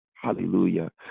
Hallelujah